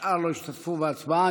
והשאר לא השתתפו בהצבעה.